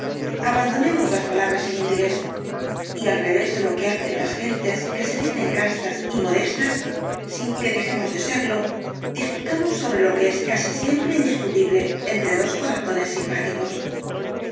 abandonemos las palabras inútiles y al revés de lo que hacen las gentes que se dicen castas y modestas sin que dejemos de serlo discutamos sobre lo que es casi siempre indiscutible entre dos corazones simpáticos